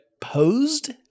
posed